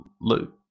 look